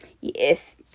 yes